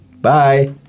Bye